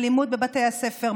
אלימות בבתי הספר.